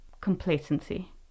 complacency